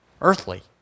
earthly